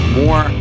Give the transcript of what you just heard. more